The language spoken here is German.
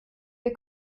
wir